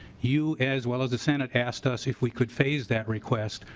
you as well as the senate asked us if we could phase that request.